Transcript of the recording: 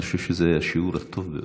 אני חושב שזה השיעור הטוב ביותר.